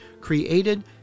created